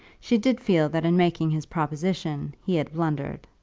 she did feel that in making his proposition he had blundered.